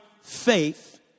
faith